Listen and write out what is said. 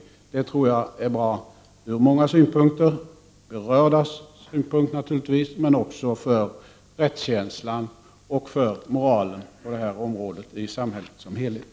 Det tror jag vore bra ur många synpunkter — naturligtvis ur de berördas synpunkt, men också för den allmänna rättskänslan och för moralen i samhället som helhet på det här området.